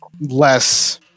less